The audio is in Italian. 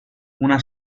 una